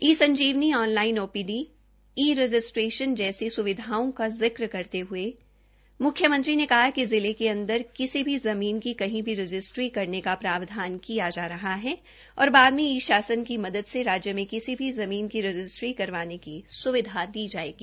ई Sanjeevani online OPD e registration जैसी स्विधाओं का जिक्र करते हये मुख्यमंत्री ने कहा कि जिले के अंदर किसी भी ज़मीन की कही भी रजिस्ट्री करने का प्रावधान किया जा रहा है और बाद मे ई शासन की मदद से राज्य में किसी भी ज़मीन की रजिस्ट्री करवाने की सुविधा दी जायेगी